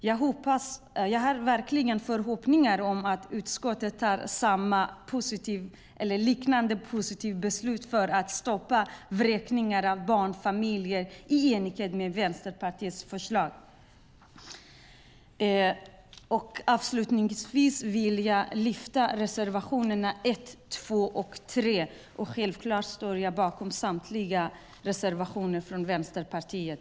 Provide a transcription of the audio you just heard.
Jag har förhoppningar om att utskottet tar ett liknande positivt beslut för att stoppa vräkningar av barnfamiljer, i enlighet med Vänsterpartiets förslag. Avslutningsvis vill jag lyfta reservationerna 1, 2 och 3, men jag står självklart bakom samtliga reservationer från Vänsterpartiet.